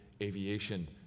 Aviation